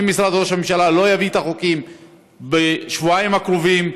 אם משרד ראש הממשלה לא יביא את החוקים בשבועיים הקרובים,